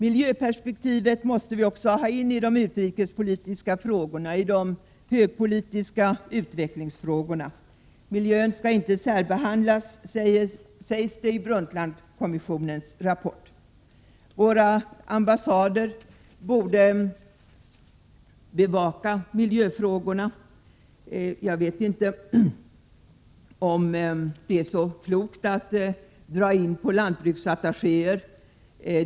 Miljöperspektivet måste vi också ha in i de utrikespolitiska frågorna, i de högpolitiska utvecklingsfrågorna. Miljön skall inte särbehandlas, sägs det i Brundtlandkommissionens rapport. Våra ambassader borde bevaka miljöfrågorna. Jag vet inte om det är så klokt att göra indragningar när det gäller lantbruksattachéerna.